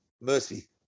Mercy